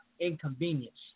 inconvenience